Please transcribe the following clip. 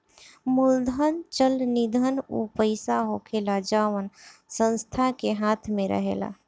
मूलधन चल निधि ऊ पईसा होखेला जवना संस्था के हाथ मे रहेला